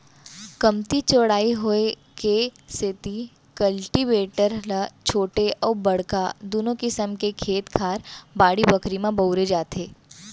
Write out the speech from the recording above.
कमती चौड़ाई होय के सेतिर कल्टीवेटर ल छोटे अउ बड़का दुनों किसम के खेत खार, बाड़ी बखरी म बउरे जाथे